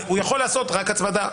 הוא יכול לעשות רק הצמדה,